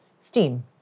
steam